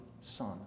son